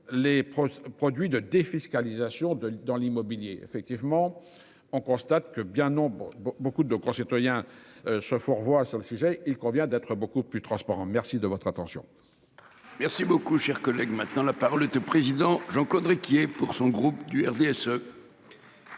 les. Produits de défiscalisation de dans l'immobilier. Effectivement, on constate que bien. Beaucoup de nos concitoyens se fourvoie sur le sujet, il convient d'être beaucoup plus transparent. Merci de votre attention.